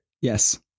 Yes